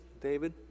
David